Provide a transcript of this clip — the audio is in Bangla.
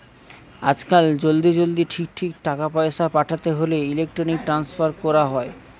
আজকাল জলদি জলদি ঠিক ঠিক টাকা পয়সা পাঠাতে হোলে ইলেক্ট্রনিক ট্রান্সফার কোরা হয়